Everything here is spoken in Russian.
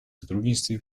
сотрудничестве